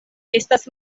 estas